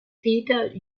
peter